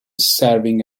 serving